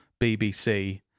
BBC